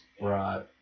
Right